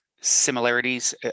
similarities